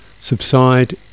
subside